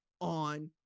on